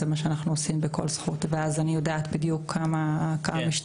זה מה שאנחנו עושים ב"כל זכות" ואז אני יודעת בדיוק כמה משתמשים.